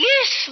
Yes